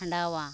ᱠᱷᱟᱸᱰᱟᱣᱟ